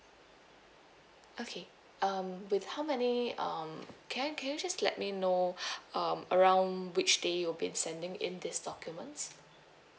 okay um with how many um can I can you just let me know um around which day you'll be in sending in these documents